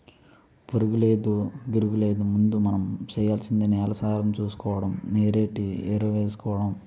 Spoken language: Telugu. పురుగూలేదు, గిరుగూలేదు ముందు మనం సెయ్యాల్సింది నేలసారం సూసుకోడము, నీరెట్టి ఎరువేసుకోడమే